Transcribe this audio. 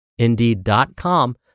Indeed.com